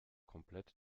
komplett